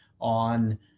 on